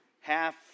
Half